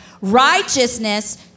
Righteousness